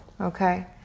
Okay